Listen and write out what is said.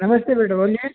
नमस्ते मैडम बोलिए